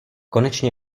konečně